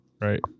Right